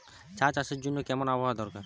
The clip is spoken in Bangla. চা চাষের জন্য কেমন আবহাওয়া দরকার?